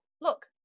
look